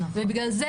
לכן,